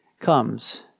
comes